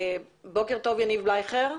בוקר טוב יניב בלייכר.